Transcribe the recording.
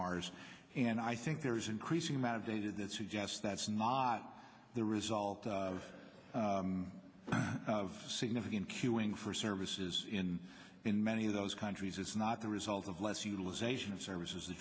ours and i think there's increasing amount of data that suggests that's not the result of significant queuing for services in in many of those countries it's not the result of less utilization of services the